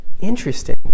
interesting